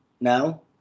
Now